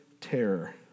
terror